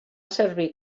servir